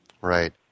Right